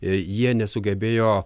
jie nesugebėjo